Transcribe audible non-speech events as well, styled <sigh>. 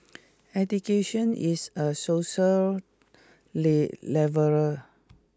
education is a social <unintelligible> leveller